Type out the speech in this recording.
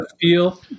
feel